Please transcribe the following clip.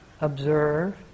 observe